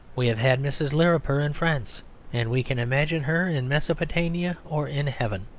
we have had mrs. lirriper in france and we can imagine her in mesopotamia or in heaven.